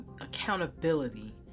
accountability